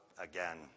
again